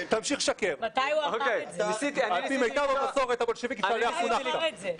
תמשיך לשקר על פי מיטב המסורת הבולשביקית עליך חונכת.